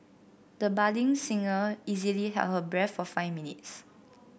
the budding singer easily held her breath for five minutes